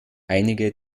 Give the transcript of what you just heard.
einige